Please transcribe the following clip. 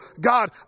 God